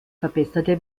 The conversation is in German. verbesserte